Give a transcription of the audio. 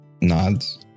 nods